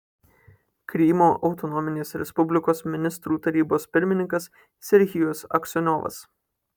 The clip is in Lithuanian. krymo autonominės respublikos ministrų tarybos pirmininkas serhijus aksionovas